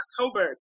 October